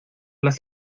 las